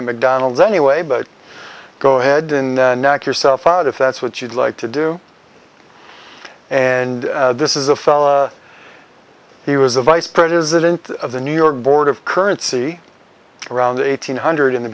at mcdonald's anyway but go ahead neck yourself out if that's what you'd like to do and this is a fellow he was a vice president of the new york board of currency around eight hundred in the